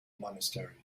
monastery